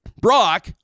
Brock